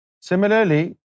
Similarly